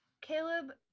Caleb